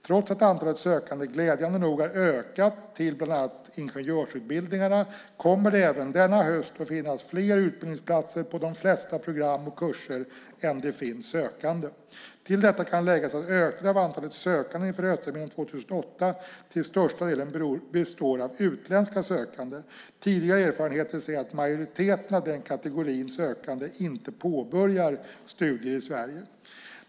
Trots att antalet sökande glädjande nog har ökat till bland annat ingenjörsutbildningarna kommer det även denna höst att finnas fler utbildningsplatser på de flesta program och kurser än det finns sökande. Till detta kan läggas att ökningen av antalet sökande inför höstterminen 2008 till största del består av utländska sökande. Tidigare erfarenheter säger att en majoritet av den kategorin sökande inte påbörjar studier i Sverige.